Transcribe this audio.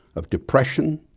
of depression,